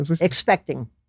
Expecting